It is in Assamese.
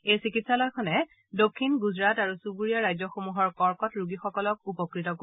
এই চিকিৎসালয়খনে দক্ষিণ গুজৰাট আৰু চুবুৰীয়া ৰাজ্যসমূহৰ কৰ্কট ৰোগীসকলক উপকৃত কৰিব